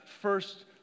first